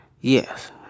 Yes